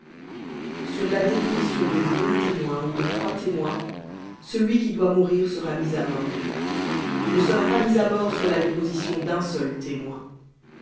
sur la déposition de deux témoins ou de trois témoins celui qui doit mourir sera mis à mort il ne sera pas mis à mort sur la déposition d'un seul témoin